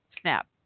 snap